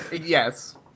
Yes